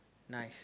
nice